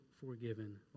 forgiven